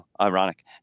ironic